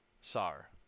Sar